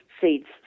seeds